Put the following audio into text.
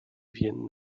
viennent